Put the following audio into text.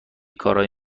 کارایی